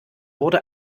wurde